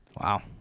Wow